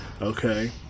Okay